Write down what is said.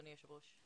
אדוני היושב ראש,